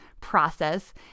process